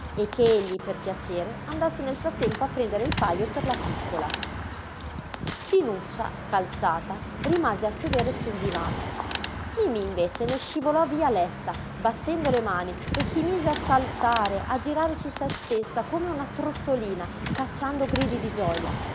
e che egli per piacere andasse nel frattempo a prendere il pajo per la piccola dinuccia calzata rimase a sedere sul divano mimí invece ne scivolò via lesta battendo le mani e si mise a saltare a girare su se stessa come una trottolina cacciando gridi di gioia